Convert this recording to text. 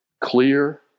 clear